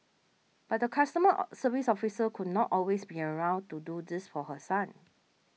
but the customer service officer could not always be around to do this for her son